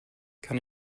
kann